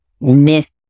miss